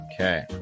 Okay